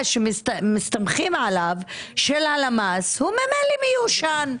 שמסתמכים עליו של הלמ"ס הוא ממילא מיושן.